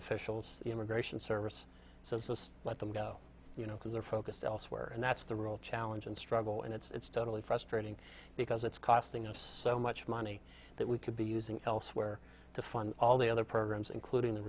officials the immigration service so just let them go you know because they're focused elsewhere and that's the real challenge and struggle and it's totally frustrating because it's costing us so much money that we could be using elsewhere to fund all the other programs including the